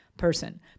Person